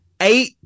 eight